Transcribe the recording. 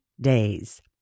days